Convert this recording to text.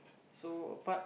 so apart